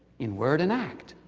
in word, and act.